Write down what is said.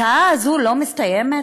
השעה הזאת לא מסתיימת?